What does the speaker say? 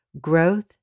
growth